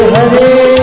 Hare